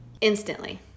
Instantly